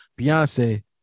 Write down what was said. Beyonce